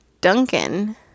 duncan